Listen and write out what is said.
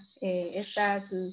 estas